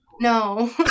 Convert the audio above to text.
No